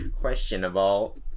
questionable